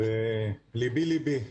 וליבי ליבי.